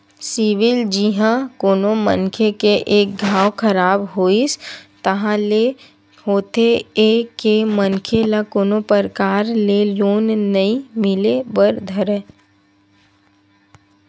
CIBIL जिहाँ कोनो मनखे के एक घांव खराब होइस ताहले होथे ये के मनखे ल कोनो परकार ले लोन नइ मिले बर धरय